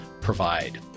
provide